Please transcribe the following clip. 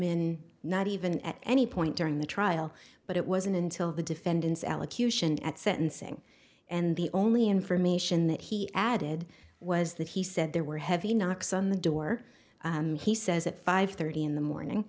in not even at any point during the trial but it wasn't until the defendant's allocution at sentencing and the only information that he added was that he said there were heavy knocks on the door he says at five thirty in the morning